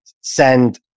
send